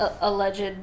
alleged